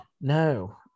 no